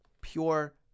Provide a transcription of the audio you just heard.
pure